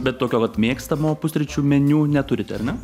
bet tokio mėgstamo pusryčių meniu neturite ar ne